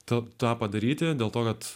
tad tą padaryti dėl to kad